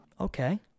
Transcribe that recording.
okay